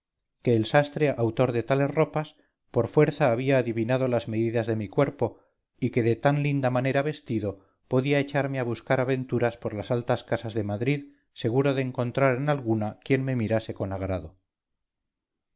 que el sastre autor de tales ropas por fuerza había adivinado las medidas de mi cuerpo y que de tan linda manera vestido podía echarme a buscar aventuras por las altas casas de madrid seguro de encontrar en alguna quien me mirase con agrado